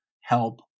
help